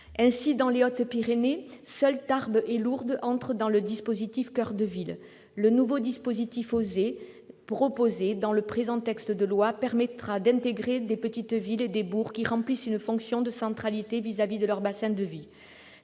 Ainsi, dans les Hautes-Pyrénées, seules Tarbes et Lourdes entrent dans le dispositif « Action coeur de ville ». Le nouveau dispositif « OSER », proposé dans le présent texte de loi, permettra d'intégrer des petites villes et des bourgs qui remplissent une fonction de centralité vis-à-vis de leur bassin de vie.